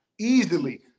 Easily